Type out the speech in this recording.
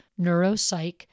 neuropsych